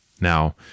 Now